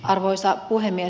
arvoisa puhemies